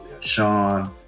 Sean